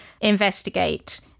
investigate